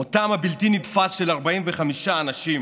מותם הבלתי-נתפס של 45 אנשים